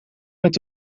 met